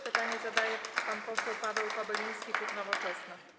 Pytanie zadaje pan poseł Paweł Kobyliński, klub Nowoczesna.